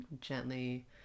gently